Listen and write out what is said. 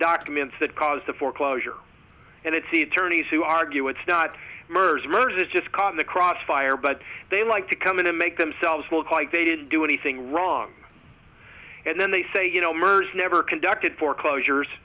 documents that caused the foreclosure and it's eternities who argue it's not mers emerges just caught in the crossfire but they like to come in and make themselves look like they didn't do anything wrong and then they say you know murders never conducted foreclosures